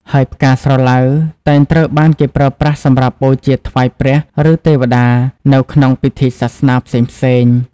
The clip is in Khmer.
ហើយផ្កាស្រឡៅតែងត្រូវបានគេប្រើប្រាស់សម្រាប់ បូជាថ្វាយព្រះ ឬទេវតា នៅក្នុងពិធីសាសនាផ្សេងៗ។